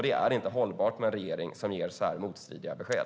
Det är inte hållbart med en regering som ger så här motstridiga besked.